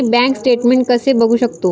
मी bank statement कसे बघू शकतो?